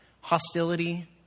hostility